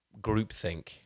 groupthink